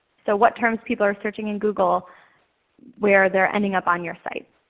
so what terms people are searching in google where they're ending up on your site.